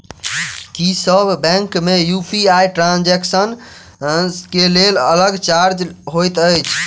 की सब बैंक मे UPI transaction केँ लेल अलग चार्ज होइत अछि?